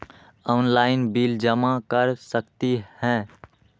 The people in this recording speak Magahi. ऑनलाइन बिल जमा कर सकती ह?